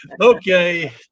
Okay